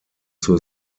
zur